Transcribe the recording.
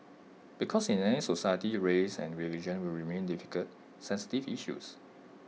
because in any society race and religion will remain difficult sensitive issues